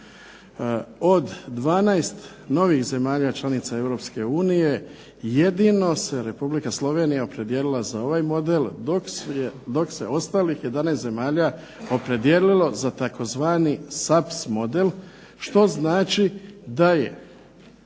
Od 12 novih zemalja članica Europske unije jedino se Republika Slovenija opredijelila za ovaj model dok se ostalih 11 zemalja opredijelilo za tzv. SAPS model što znači da je